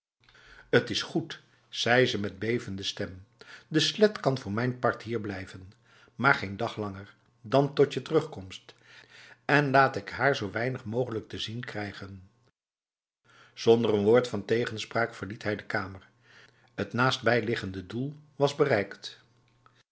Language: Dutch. t is goed zei ze met bevende stem de slet kan voor mijn part hier blijven maar geen dag langer dan tot je terugkomst en laat ik haar zo weinig mogelijk te zien krijgenf zonder een woord van tegenspraak verliet hij de kamer het naastbijliggend doel was bereikt